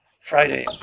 Friday